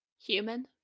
Human